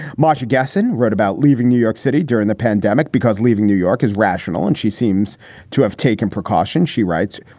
masha gessen wrote about leaving new york city during the pandemic because leaving new york is rational and she seems to have taken precautions, she writes.